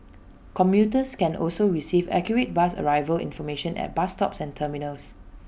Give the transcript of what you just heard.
commuters can also receive accurate bus arrival information at bus stops and terminals